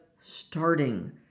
starting